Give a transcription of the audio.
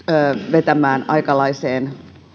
vetämään aikalaiseen